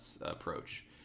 approach